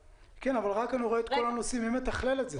אני רואה את כל הנושאים, מי מתכלל את זה?